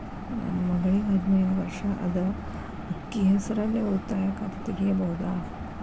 ನನ್ನ ಮಗಳಿಗೆ ಹದಿನೈದು ವರ್ಷ ಅದ ಅಕ್ಕಿ ಹೆಸರಲ್ಲೇ ಉಳಿತಾಯ ಖಾತೆ ತೆಗೆಯಬಹುದಾ?